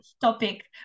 topic